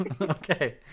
Okay